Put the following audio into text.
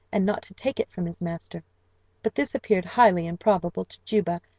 and not to take it from his master but this appeared highly improbable to juba,